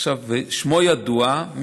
עכשיו שמו ידוע,